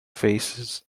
faces